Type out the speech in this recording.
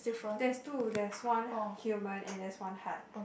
there's two there is one human and there's one hard